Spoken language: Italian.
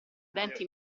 denti